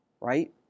right